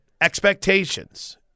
expectations